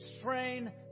Strain